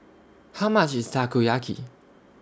How much IS Takoyaki